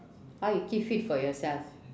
how you keep fit for yourself